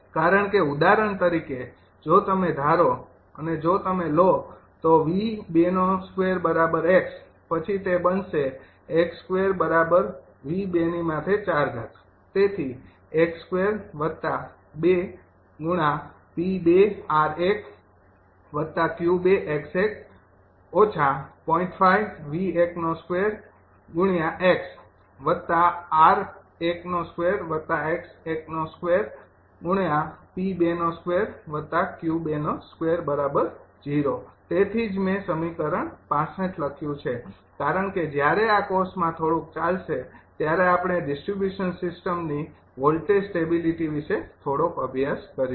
કારણ કે ઉદાહરણ તરીકે જો તમે ધારો અને જો તમે લો તો પછી તે બનશે તેથી તેથી જ મેં સમીકરણ ૬૫ લખ્યું છે કારણ કે જ્યારે આ કોર્સમાં થોડુંક ચાલશે ત્યારે આપણે ડિસ્ટ્રિબ્યૂશન સિસ્ટમની વોલ્ટેજ સ્ટેબિલીટી વિશે થોડોક અભ્યાસ કરીશું